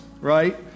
right